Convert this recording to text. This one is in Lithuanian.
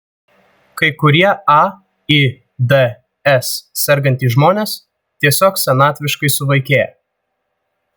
kai kurie aids sergantys žmonės tiesiog senatviškai suvaikėja